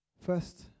first